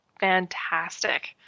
fantastic